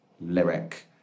lyric